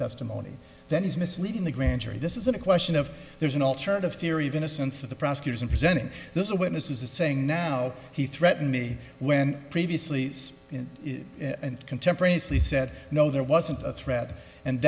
testimony that is misleading the grand jury this isn't a question of there's an alternative theory of innocence that the prosecutors are present and there's a witness as the saying now he threatened me when previously and contemporaneously said no there wasn't a threat and